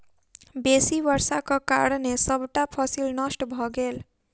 बेसी वर्षाक कारणें सबटा फसिल नष्ट भ गेल